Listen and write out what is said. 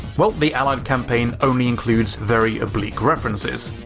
well, the allied campaign only includes very oblique references.